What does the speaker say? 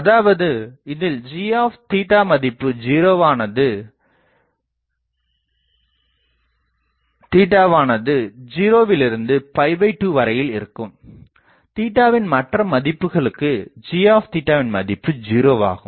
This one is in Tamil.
அதாவது இதில் g மதிப்பு ஆனது 0 விலிருந்து2 வரையில் இருக்கும் வின் மற்ற மதிப்புகளுக்கு g மதிப்பு 0 ஆகும்